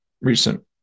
recent